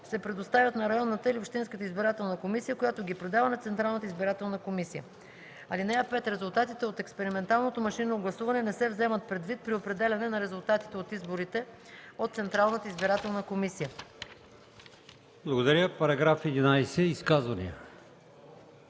се предоставят на районната или общинската избирателна комисия, която ги предава на Централната избирателна комисия. (5) Резултатите от експерименталното машинно гласуване не се вземат предвид при определяне на резултатите от изборите от Централната избирателна комисия.” ПРЕДСЕДАТЕЛ АЛИОСМАН